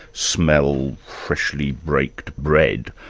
smell freshly baked bread,